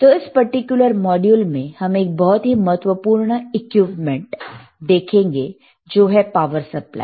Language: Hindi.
तो इस पर्टिकुलर मॉड्यूल में हम एक बहुत ही महत्वपूर्ण इक्विपमेंट देखेंगे जो है पावर सप्लाई